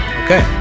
okay